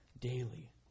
daily